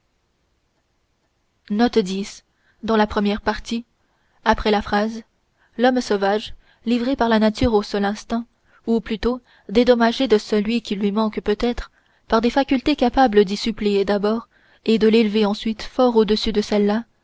l'homme sauvage livré par la nature au seul instinct ou plutôt dédommagé de celui qui lui manque peut-être par des facultés capables d'y suppléer d'abord et de l'élever ensuite fort au-dessus de celle-là